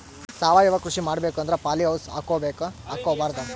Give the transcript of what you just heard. ಸಾವಯವ ಕೃಷಿ ಮಾಡಬೇಕು ಅಂದ್ರ ನಾನು ಪಾಲಿಹೌಸ್ ಹಾಕೋಬೇಕೊ ಹಾಕ್ಕೋಬಾರ್ದು?